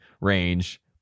range